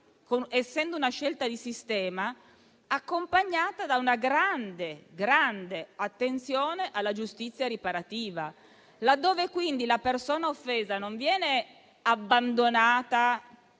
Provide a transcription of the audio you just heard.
querela; una scelta di sistema, accompagnata da una grande attenzione alla giustizia riparativa, laddove la persona offesa non viene abbandonata,